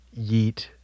yeet